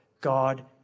God